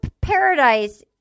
Paradise